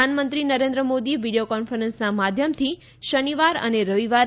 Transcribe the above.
પ્રધાનમંત્રી Narendra Modi video conference માધ્યમથી શનિવાર અને રવિવારે